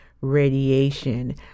radiation